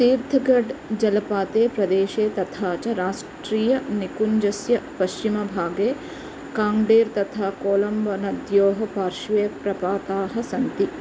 तीर्थगड् जलपाते प्रदेशे तथा च राष्ट्रियनिकुञ्जस्य पश्चिमभागे काङ्गेर् तथा कोलम्बनद्योः पार्श्वे प्रपाताः सन्ति